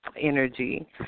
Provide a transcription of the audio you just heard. Energy